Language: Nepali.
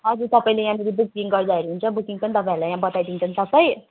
हजुर तपाईँले यहाँनिर बुकिङ गर्दाखेरि हुन्छ बुकिङ पनि तपाईँहरूलाई यहाँ बताइदिन्छ सबै